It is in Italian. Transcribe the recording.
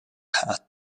hat